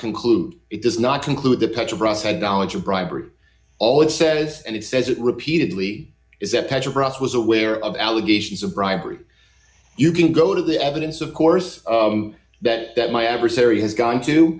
conclude it does not conclude the petrobras had knowledge of bribery all it says and it says it repeatedly is that petrobras was aware of allegations of bribery you can go to the evidence of course that that my adversary has gone to